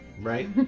Right